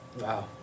Wow